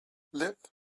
live